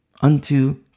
unto